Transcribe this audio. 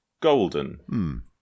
golden